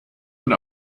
und